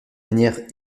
manière